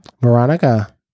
veronica